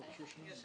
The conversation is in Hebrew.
דבר